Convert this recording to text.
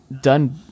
done